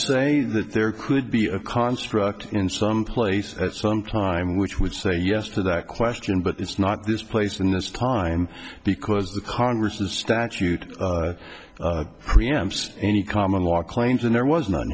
say that there could be a construct in some place at some time which would say yes to that question but it's not this place in this time because the congress is statute pre amps any common law claims and there was no